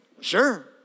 Sure